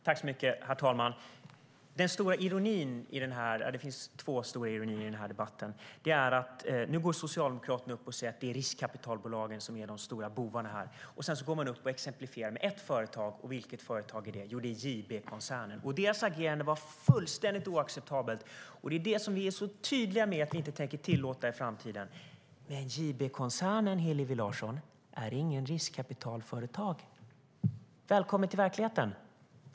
Herr talman! Det finns två stora ironier i debatten. Den ena är att Socialdemokraterna nu går upp och säger att det är riskkapitalbolagen som är de stora bovarna här. Sedan går de upp och exemplifierar med ett företag. Och vilket företag är det? Jo, det är JB-koncernen. Dess agerande var fullständigt oacceptabelt, och vi är tydliga med att vi inte tänker tillåta sådant i framtiden. Men JB-koncernen är inget riskkapitalföretag, Hillevi Larsson. Välkommen till verkligheten!